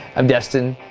i'm destin,